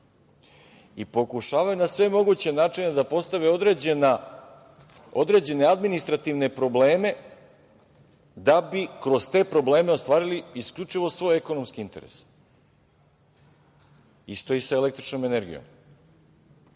i pokušavaju na sve moguće načina da postave određene administrativne probleme da bi kroz te probleme ostvarili isključivo svoje ekonomske interese. Isto je i sa električnom energijom. Vlasnik